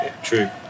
true